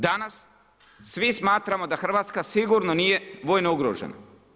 Danas svi smatramo da Hrvatska sigurno nije vojno ugrožena.